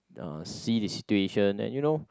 uh see the situation and you know